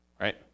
Right